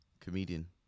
comedian